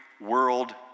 world